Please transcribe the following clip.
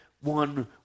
one